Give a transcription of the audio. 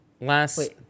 last